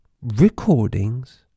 recordings